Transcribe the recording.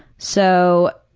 so,